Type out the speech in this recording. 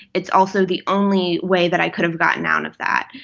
it's also the only way that i could have gotten out of that.